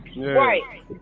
Right